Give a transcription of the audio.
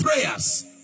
prayers